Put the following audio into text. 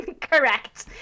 Correct